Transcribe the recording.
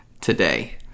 today